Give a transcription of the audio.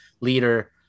leader